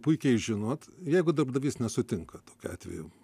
puikiai žinot jeigu darbdavys nesutinka tokiu atveju